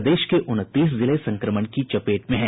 प्रदेश के उनतीस जिले संक्रमण की चपेट में हैं